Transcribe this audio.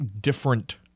different